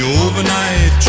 overnight